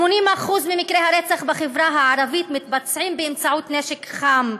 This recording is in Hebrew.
80% ממקרי הרצח בחברה הערבית מתבצעים באמצעות נשק חם,